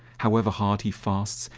however hard he fasts,